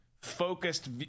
focused